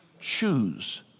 choose